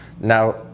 Now